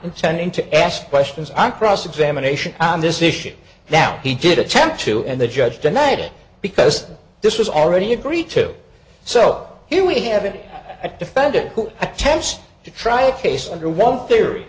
intending to ask questions on cross examination on this issue now he did attempt to and the judge denied it because this was already agreed to so here we have it at defend it attempts to try a case under one theory